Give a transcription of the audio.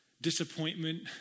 Disappointment